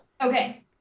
Okay